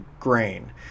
grain